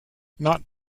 not